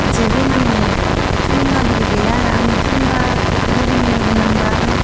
जेबो माने थुलुंगागिरि गैया आरो आंनि थुलुंगागिरि होननो गोनांबा आरो